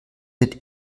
wird